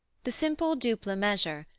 the simple duple measure,